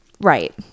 Right